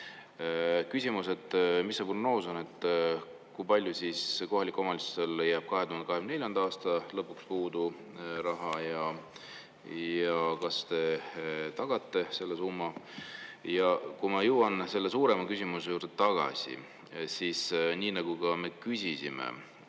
Küsimus: mis see prognoos on, kui palju siis kohalikel omavalitsustel jääb 2024. aasta lõpuks seda raha puudu ja kas te tagate selle summa? Ja kui ma jõuan selle suurema küsimuse juurde tagasi, siis nii nagu me [märkisime],